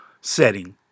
setting